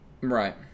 Right